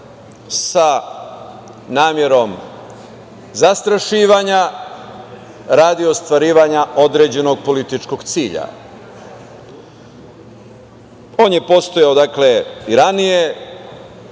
sa namerom zastrašivanja radi ostvarivanja određenog političkog cilja. On je postojao i ranije